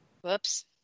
Whoops